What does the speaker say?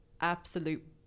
absolute